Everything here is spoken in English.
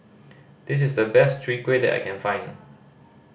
this is the best Chwee Kueh that I can find